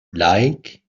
like